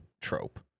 trope